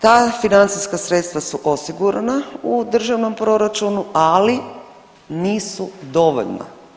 Ta financijska sredstva su osigurana u državnom proračunu ali nisu dovoljna.